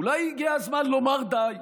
אולי הגיע הזמן לומר די?